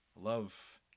love